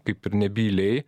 kaip ir nebyliai